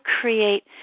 create